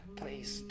please